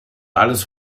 alles